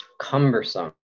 Cumbersome